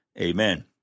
Amen